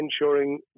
ensuring